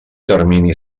termini